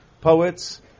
poets